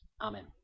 Amen